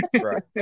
Right